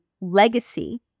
legacy